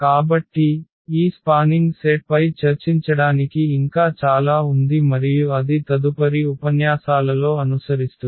కాబట్టి ఈ spanning set పై చర్చించడానికి ఇంకా చాలా ఉంది మరియు అది తదుపరి ఉపన్యాసాలలో అనుసరిస్తుంది